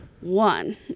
One